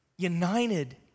united